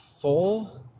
four